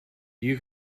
you